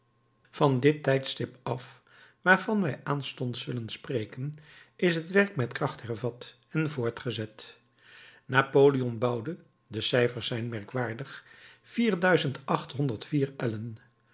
van dit tijdstip af waarvan wij aanstonds zullen spreken is het werk met kracht hervat en voortgezet napoleon bouwde de cijfers zijn merkwaardig vier duizend achthonderd vier ellen